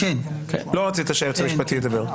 לא רצית שהיועץ המשפטי ידבר.